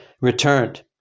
returned